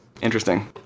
Interesting